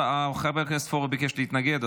חבר הכנסת פורר ביקש להתנגד.